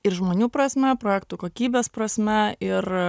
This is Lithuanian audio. ir žmonių prasme projektų kokybės prasme ir